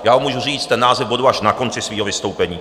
Já ho můžu říct, ten název bodu, až na konci svého vystoupení.